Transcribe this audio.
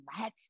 let